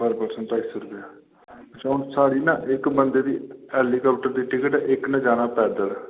कोई ढाई सो रुपआ अऊं साढी ना इक बंदे दी हेलीकाप्टर दी टिकट इक ने जाना पैदल